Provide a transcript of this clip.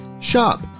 shop